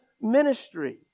ministry